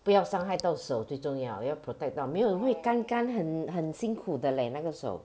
不要伤害到手最重要要 protect 到没有会干干很很辛苦的 leh 那个手